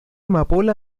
amapola